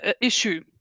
issue